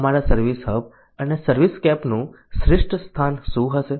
અમારા service hub અને સર્વિસસ્કેપનું શ્રેષ્ઠ સ્થાન શું હશે